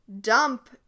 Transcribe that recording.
dump